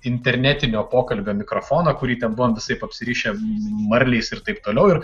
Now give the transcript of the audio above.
internetinio pokalbio mikrofoną kurį ten buvom visaip apsirišę marliais ir taip toliau ir